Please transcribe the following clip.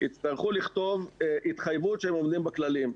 יצטרך לכתוב התחייבות שהוא עומד בכללים.